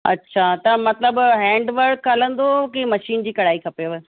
अच्छा त मतिलबु हैंडवर्क हलंदो की मशीन जी कढ़ाई खपेव